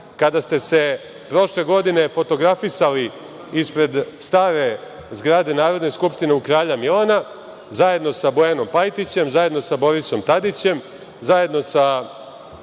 Kada ste se prošle godine fotografisali ispred stare zgrade Narodne skupštine u Kralja Milana, zajedno sa Bojanom Pajtićem, zajedno sa Borisom Tadićem, zajedno sa